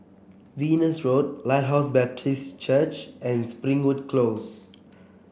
Venus Road Lighthouse Baptist Church and Springwood Close